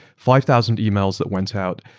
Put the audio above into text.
five thousand emails that went out,